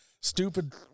Stupid